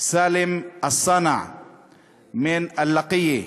סאלם א-סאנע מלקיה,